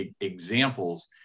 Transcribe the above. examples